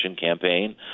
campaign